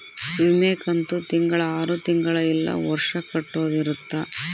ವಿಮೆ ಕಂತು ತಿಂಗಳ ಆರು ತಿಂಗಳ ಇಲ್ಲ ವರ್ಷ ಕಟ್ಟೋದ ಇರುತ್ತ